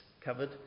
covered